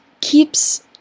keeps